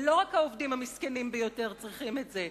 ולא רק העובדים המסכנים ביותר זקוקים לזה,